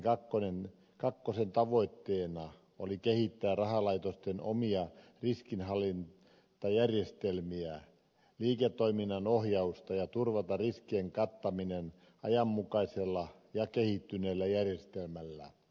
baselin kakkosen tavoitteena oli kehittää rahalaitosten omia riskinhallintajärjestelmiä liiketoiminnan ohjausta ja turvata riskien kattaminen ajanmukaisella ja kehittyneellä järjestelmällä